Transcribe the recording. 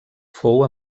fou